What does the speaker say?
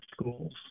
schools